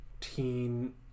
teen